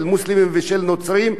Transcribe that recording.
של מוסלמים ושל נוצרים,